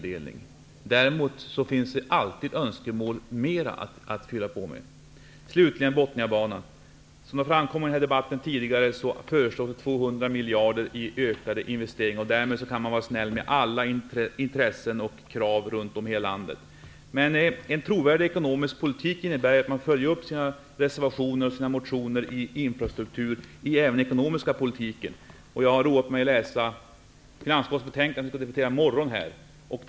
Däremot finns det alltid önskemål om mera att fylla på med. Slutligen några ord om Bothniabanan. Som har framkommit tidigare i den här debatten föreslås ökade investeringar om 200 miljarder. Därmed kan man visa snällhet mot alla intressen och krav runt om i landet. Men en trovärdig ekonomisk politik innebär att motioner och reservationer i infrastruktursammanhang följs upp även i den ekonomiska politiken. Jag har roat mig med att läsa det betänkande från finansutskottet som vi skall debattera i morgon.